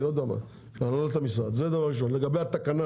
לגבי התקנה